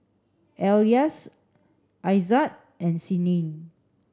Elyas Aizat and Senin